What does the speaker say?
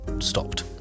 Stopped